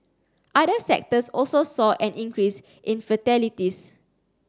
other sectors also saw an increase in fatalities